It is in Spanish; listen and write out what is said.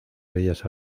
bellas